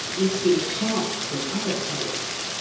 risking sharks and other perils.